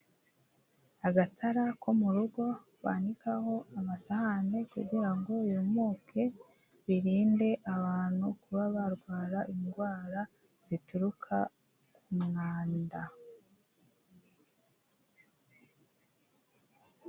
Agatara ko mu rugo banikaho amasahane kugira ngo yumuke, birinde abantu kuba barwara indwara zituruka ku mwanda.